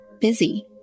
busy